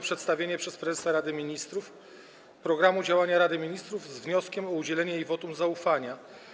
Przedstawienie przez prezesa Rady Ministrów programu działania Rady Ministrów z wnioskiem o udzielenie jej wotum zaufania.